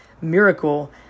miracle